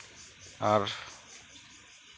ᱟᱨ